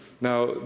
now